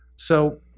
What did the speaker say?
so